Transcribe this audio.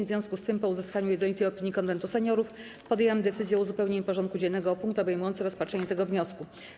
W związku z tym, po uzyskaniu jednolitej opinii Konwentu Seniorów, podjęłam decyzję o uzupełnieniu porządku dziennego o punkt obejmujący rozpatrzenie tego wniosku.